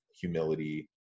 humility